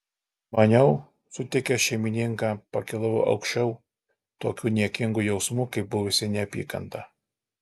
maniau sutikęs šeimininką pakilau aukščiau tokių niekingų jausmų kaip buvusi neapykanta